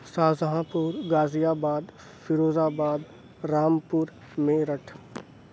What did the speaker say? شاہ جہاں پور Ghaziabad Firozabad Rampur Meerut